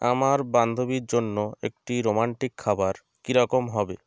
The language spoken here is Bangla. আমার বান্ধবীর জন্য একটি রোমান্টিক খাবার কী রকম হবে